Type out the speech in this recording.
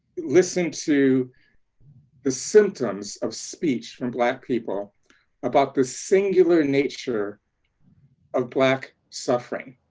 listened to the symptoms of speech from black people about the singular nature of black suffering.